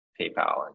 PayPal